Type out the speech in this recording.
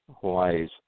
Hawaii's